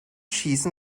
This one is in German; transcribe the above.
schießen